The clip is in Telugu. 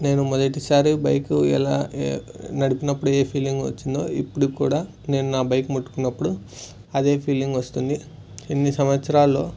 నేను మొదటిసారి బైకు ఎలా నడిపినప్పుడు ఏ ఫీలింగ్ వచ్చిందో ఇప్పటికి కూడా నేను నా బైక్ ముట్టుకున్నప్పుడు అదే ఫీలింగ్ వస్తుంది ఎన్ని సంవత్సరాలలో